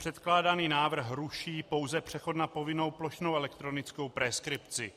Předkládaný návrh ruší pouze přechod na povinnou plošnou elektronickou preskripci.